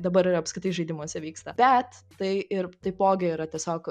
dabar ir apskritai žaidimuose vyksta bet tai ir taipogi yra tiesiog